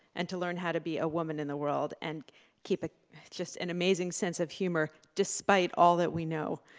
and to learn how to be a woman in the world, and keep ah just an amazing sense of humor despite all that we know,